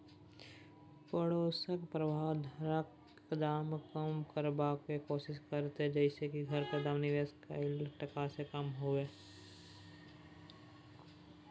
पडोसक प्रभाव घरक दाम कम करबाक कोशिश करते जइसे की घरक दाम निवेश कैल टका से कम हुए